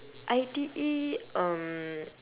I_T_E um